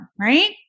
right